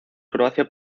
croacia